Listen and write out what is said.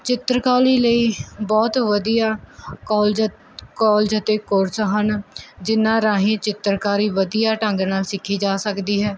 ਚਿੱਤਰਕਾਰੀ ਲਈ ਬਹੁਤ ਵਧੀਆ ਕੋਲਜ ਕੋਲਜ ਅਤੇ ਕੋਰਸ ਹਨ ਜਿਹਨਾਂ ਰਾਹੀਂ ਚਿੱਤਰਕਾਰੀ ਵਧੀਆ ਢੰਗ ਨਾਲ ਸਿੱਖੀ ਜਾ ਸਕਦੀ ਹੈ